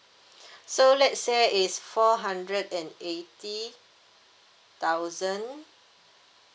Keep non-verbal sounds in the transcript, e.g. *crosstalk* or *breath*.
*breath* so let's say is four hundred and eighty thousand